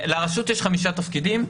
לרשות יש חמישה תפקידים.